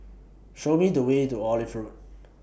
Show Me The Way to Olive Road